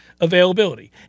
availability